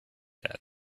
that